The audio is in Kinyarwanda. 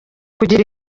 kugira